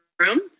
room